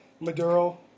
Maduro